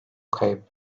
kayıp